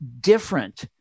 different